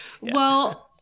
Well-